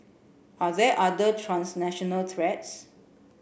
are there other transnational threats